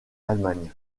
allemagne